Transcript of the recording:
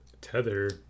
Tether